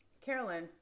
Carolyn